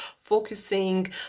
focusing